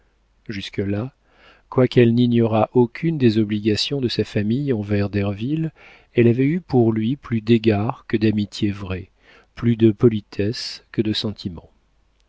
jusque-là quoiqu'elle n'ignorât aucune des obligations de sa famille envers derville elle avait eu pour lui plus d'égards que d'amitié vraie plus de politesse que de sentiment